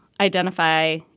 identify